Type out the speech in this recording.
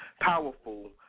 powerful